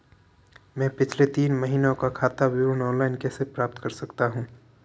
मैं पिछले तीन महीनों का खाता विवरण ऑनलाइन कैसे प्राप्त कर सकता हूं?